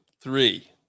three